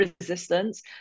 resistance